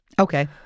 Okay